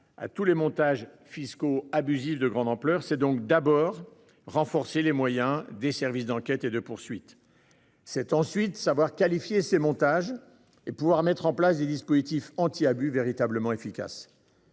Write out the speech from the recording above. à tous les montages fiscaux abusifs de grande ampleur, c'est donc d'abord renforcer les moyens des services d'enquêtes et de poursuites. C'est ensuite savoir qualifier ces montages et mettre en place des dispositifs anti-abus véritablement efficaces.